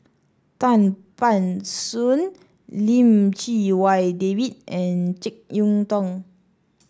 Tan Ban Soon Lim Chee Wai David and JeK Yeun Thong